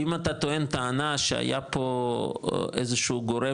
אם אתה טוען טענה שהיה פה איזשהו גורם